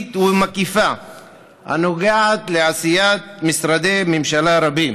רוחבית ומקיפה הנוגעת לעשיית משרדי ממשלה רבים.